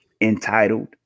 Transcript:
entitled